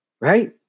Right